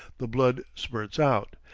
the blood spurts out,